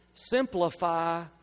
Simplify